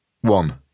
One